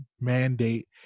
mandate